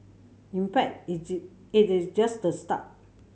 in fact it is just the start